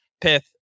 Pith